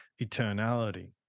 eternality